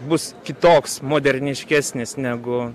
bus kitoks moderniškesnis negu